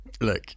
Look